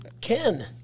Ken